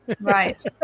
Right